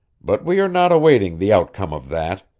but we are not awaiting the outcome of that.